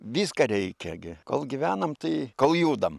viską reikia gi kol gyvenam tai kol judam